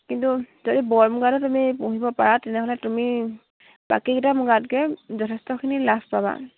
কিন্তু যদি বৰ মূগাটো তুমি পুহিব পাৰা তেনেহ'লে তুমি বাকীকেইটা মূগাতকৈ যথেষ্টখিনি লাভ পাবা